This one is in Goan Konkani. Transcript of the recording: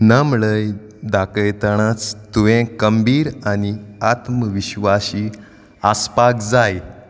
नमळाय दाखयतनाच तुवें खंबीर आनी आत्मविश्वासी आसपाक जाय